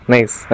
Nice